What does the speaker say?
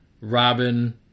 Robin